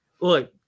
look